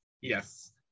Yes